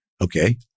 Okay